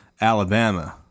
Alabama